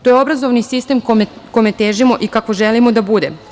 To je obrazovni sistem kome težimo i kako želimo da bude.